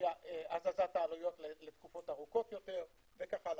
הזזת העלויות לתקופות ארוכות יותר וכו'.